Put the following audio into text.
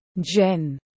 Jen